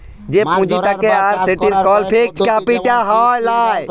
যে পুঁজি থাক্যে আর সেটির কল ফিক্সড ক্যাপিটা হ্যয় লায়